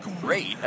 great